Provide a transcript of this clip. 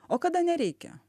o kada nereikia